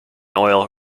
oil